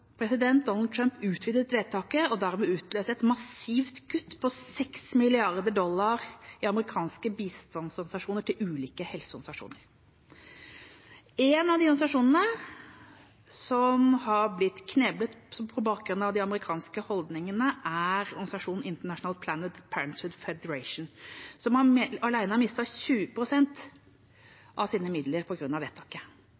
president Donald Trump utvidet vedtaket og dermed utløst et massivt kutt på 6 mrd. dollar i amerikanske bistandsmidler til ulike helseorganisasjoner. En av organisasjonene som har blitt kneblet på bakgrunn av de amerikanske holdningene, er organisasjonen International Planned Parenthood Federation, som alene har